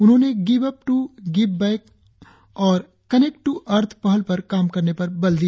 उन्होंने give up to give back और connect to earth पहल पर काम करने पर बल दिया